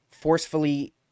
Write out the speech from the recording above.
forcefully